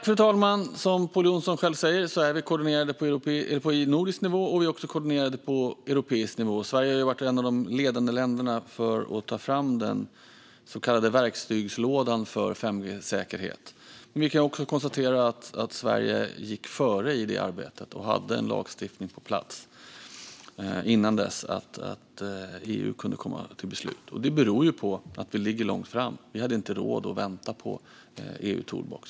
Fru talman! Precis som Pål Jonson säger är vi koordinerade på nordisk nivå och på europeisk nivå. Sverige har varit ett av de ledande länderna för att ta fram den så kallade verktygslådan för 5G-säkerhet. Vi kan också konstatera att Sverige gick före i det arbetet och hade en lagstiftning på plats innan EU kom till beslut. Det beror på att Sverige ligger långt framme. Vi hade inte råd att vänta på EU:s toolbox.